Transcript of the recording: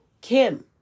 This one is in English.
Kim